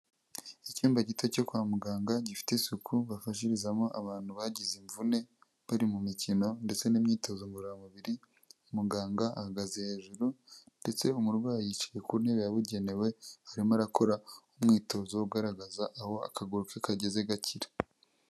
Icyumba gito cyo kwa muganga gifite isuku bafashirizamo abantu bagize imvune bari mu mikino ndetse n'imyitozo ngororamubiri, muganga ahagaze hejuru ndetse umurwayi yicaye ku ntebe yabugenewe arimo arakora umwitozo ugaragaza aho akaguru ke kageze gakira.